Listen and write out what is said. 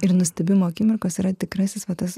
ir nustebimo akimirkos yra tikrasis va tas